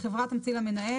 החברה תמציא למנהל,